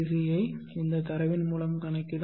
C I இந்த தரவின் மூலம் கணக்கிடும்